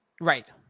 Right